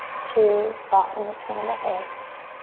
two, soften the skin of the face.